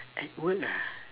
at work ah